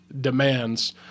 demands